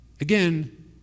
Again